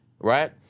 Right